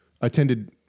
attended